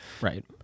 Right